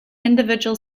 individual